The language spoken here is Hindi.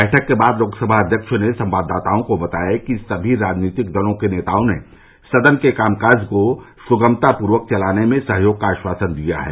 बैठक के बाद लोकसभा अध्यक्ष ने संवाददाताओं को बताया कि सभी राजनीतिक दलों के नेताओं ने सदन के कामकाज को सुगमता पूर्वक चलाने में सहयोग का आश्वासन दिया है